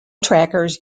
trackers